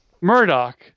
Murdoch